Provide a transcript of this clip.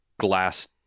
Glass